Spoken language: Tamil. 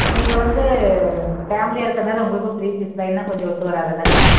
நீங்கள் வந்து ஃபேமிலி இருக்கறதுனால உங்களுக்கும் த்ரீ பீஸ் லயன்னா கொஞ்சம் ஒத்து வராதுலங்க